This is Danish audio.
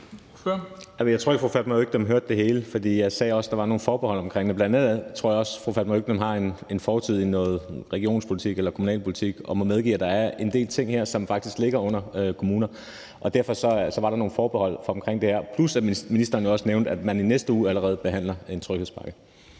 jeg tror ikke, at fru Fatma Øktem hørte det hele. For jeg sagde også, at der var nogle forbehold omkring det. Jeg tror, at fru Fatma Øktem bl.a. også har en fortid i noget regionspolitik eller kommunalpolitik og må medgive, at der er en del ting her, som faktisk ligger under kommunerne. Derfor var der nogle forbehold omkring det her, plus at ministeren jo også nævnte, at man allerede i næste uge behandler en tryghedspakke.